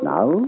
Now